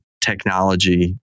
technology